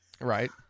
Right